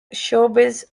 showbiz